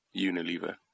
Unilever